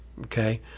okay